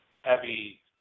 heavy